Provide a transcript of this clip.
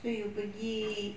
so you pergi